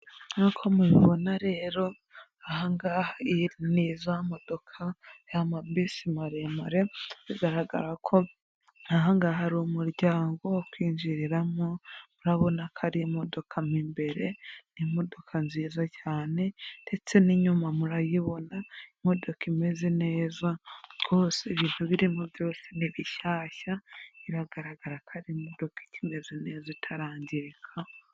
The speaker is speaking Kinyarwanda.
Nk'uko mubibona rero ahangaha iyi ni za modoka ya mabisi maremare bigaragara ko nk'ahanga hari umuryango wo kwinjiriramo, murabona ko ari imodoka mo imbere ni imodoka nziza cyane ndetse n'inyuma murayibona. Imodoka imeze neza rwose ibintu birimo byose ni bishyashya biragaragara ko ari imodoka ikimeze neza itarangirika